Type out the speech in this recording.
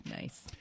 nice